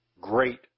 Great